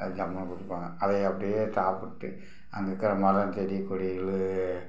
அது ஜம்முனு கொடுப்பாங்க அதை அப்படியே சாப்பிட்டு அங்கே இருக்கிற மரம் செடி கொடிகள்